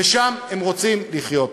ושם הם רוצים לחיות.